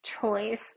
choice